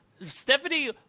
Stephanie